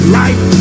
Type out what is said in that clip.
life